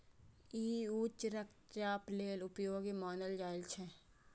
ई उच्च रक्तचाप लेल उपयोगी मानल जाइ छै